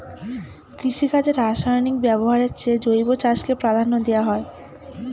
কৃষিকাজে রাসায়নিক ব্যবহারের চেয়ে জৈব চাষকে প্রাধান্য দেওয়া হয়